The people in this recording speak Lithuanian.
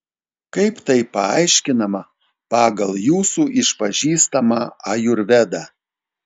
kaip tai paaiškinama pagal jūsų išpažįstamą ajurvedą